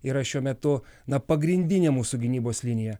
yra šiuo metu na pagrindinė mūsų gynybos linija